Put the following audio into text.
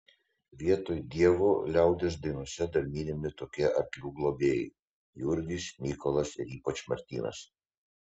vietoj dievo liaudies dainose dar minimi tokie arklių globėjai jurgis mykolas ir ypač martynas